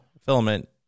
filament